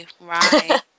Right